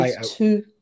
two